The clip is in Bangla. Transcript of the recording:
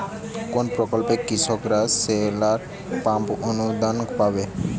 কোন প্রকল্পে কৃষকরা সোলার পাম্প অনুদান পাবে?